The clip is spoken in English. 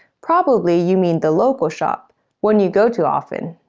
probably, you mean the local shop one you go to often.